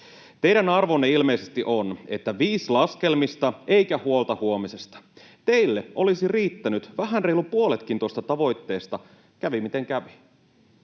Teidän arvonne ilmeisesti on, että viis laskelmista, eikä huolta huomisesta. Teille olisi riittänyt vähän reilu puoletkin tuosta tavoitteesta, kävi miten kävi.